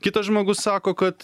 kitas žmogus sako kad